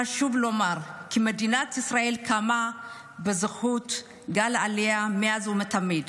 חשוב לומר כי מדינת ישראל קמה בזכות גל עלייה מאז ומתמיד.